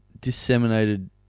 disseminated